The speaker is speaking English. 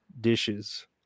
dishes